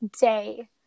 day